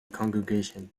congregation